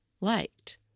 liked